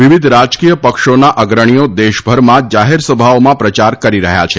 વિવિધ રાજકીય પક્ષોના અગ્રણીઓ દેશભરમાં જાહેર સભાઓમાં પ્રચાર કરી રહ્યા છે